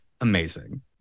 Amazing